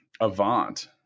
Avant